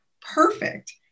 perfect